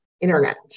internet